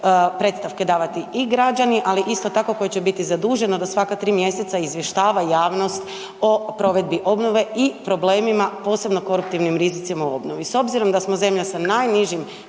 predstavke davati i građani, ali isto tako koji će biti zaduženo da svaka 3 mjeseca izvještava javnost o provedbi obnove i problemima, posebno koruptivnim rizicima u obnovi.